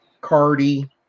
Cardi